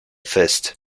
fest